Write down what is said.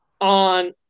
on